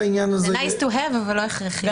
זה nice to have אבל לא הכרחי.